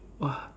!wah!